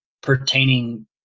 pertaining